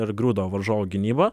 ir griūdavo varžovų gynyba